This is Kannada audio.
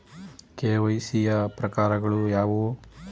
ಕೆ.ವೈ.ಸಿ ಯ ಪ್ರಕಾರಗಳು ಯಾವುವು?